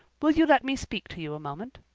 will you let me speak to you a moment?